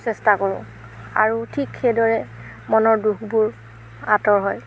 চেষ্টা কৰোঁ আৰু ঠিক সেইদৰে মনৰ দুখবোৰ আঁতৰ হয়